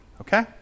okay